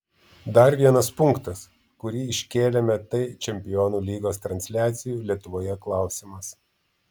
dar vienas punktas kurį iškėlėme tai čempionų lygos transliacijų lietuvoje klausimas